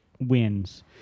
wins